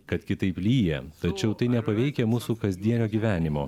kad kitaip lyja tačiau tai nepaveikia mūsų kasdienio gyvenimo